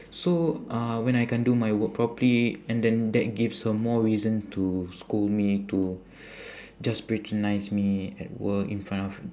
so uh when I can't do my work properly and then that gives her more reason to scold me to just patronise me at work in front of